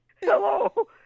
Hello